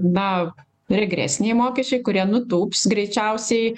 na regresiniai mokesčiai kurie nutūps greičiausiai